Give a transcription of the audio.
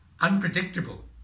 unpredictable